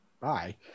bye